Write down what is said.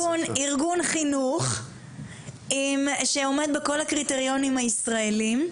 יקימו ארגון חינוך שעומד בכל הקריטריונים הישראלים,